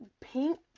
pink